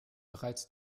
bereits